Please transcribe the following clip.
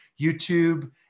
YouTube